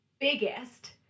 biggest